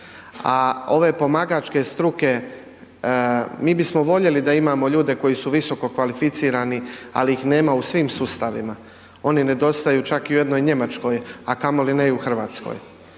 A ove pomagačke struke mi bismo voljeli da imamo ljude koji su visokokvalificirani ali ih nema u svim sustavima, oni nedostaju čak i u jednoj Njemačkoj, a kamoli ne i u Hrvatskoj.